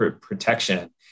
protection